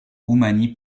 roumanie